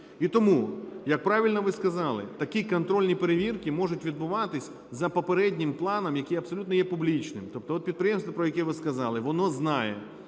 І тому, як правильно ви сказали, такі контрольні перевірки можуть відбуватись за попереднім планом, який абсолютно є публічним. Тобто от підприємство, про яке ви сказали, воно знає,